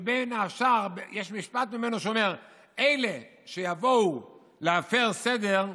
בין השאר יש משפט שלו שאומר: "אלה שיבואו להפר סדר,